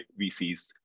VCs